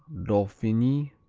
dauphiny,